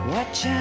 Watch